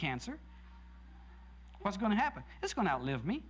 cancer what's going to happen it's going to outlive me